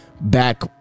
back